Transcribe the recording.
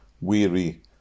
weary